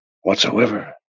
whatsoever